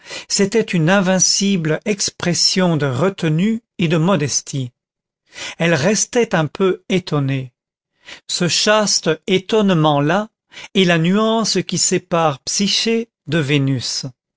c'était une invincible expression de retenue et de modestie elle restait un peu étonnée ce chaste étonnement là est la nuance qui sépare psyché de vénus